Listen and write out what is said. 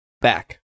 back